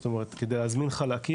זאת אומרת כדי להזמין חלקים,